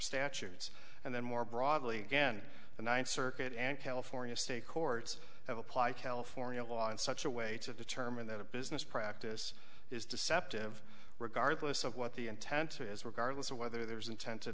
statutes and then more broadly again the ninth circuit and california state courts have applied california law in such a way to determine that a business practice is deceptive regardless of what the intent to is regardless of whether there's intent to